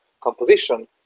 composition